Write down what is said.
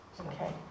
okay